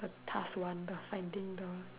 the task one the finding the